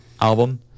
album